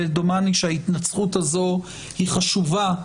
ודומני שההתנצחות הזאת חשובה,